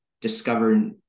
discover